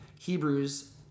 Hebrews